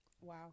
Wow